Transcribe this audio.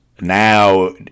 now